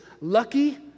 lucky